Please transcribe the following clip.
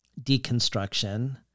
deconstruction